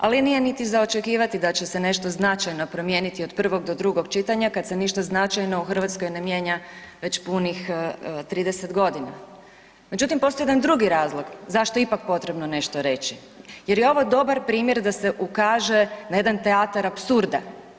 Ali nije niti za očekivati da će se nešto značajno promijeniti od prvog do drugog čitanja kad se ništa značajno u Hrvatskoj ne mijenja već punih 30.g. Međutim, postoji jedan drugi razlog zašto je ipak potrebno nešto reći jer je ovo dobar primjer da se ukaže na jedan teatar apsurda.